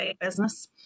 business